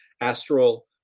astral